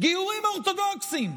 גיורים אורתודוקסיים.